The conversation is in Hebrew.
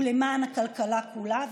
ולמען הכלכלה כולה.